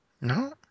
No